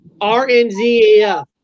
RNZAF